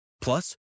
Plus